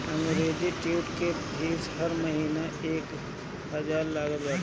अंग्रेजी के ट्विटर के फ़ीस हर महिना एक हजार लागत बाटे